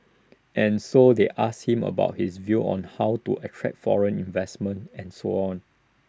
and so they asked him about his views on how to attract foreign investment and so on